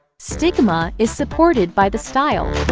stigma is supported by the style.